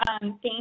thank